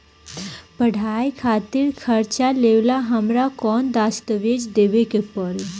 पढ़ाई खातिर कर्जा लेवेला हमरा कौन दस्तावेज़ देवे के पड़ी?